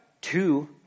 two